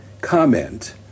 comment